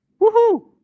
woohoo